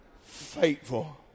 Faithful